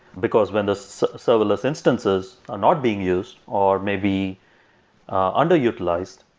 because when the serverless instances are not being used or maybe ah underutilized,